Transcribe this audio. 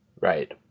Right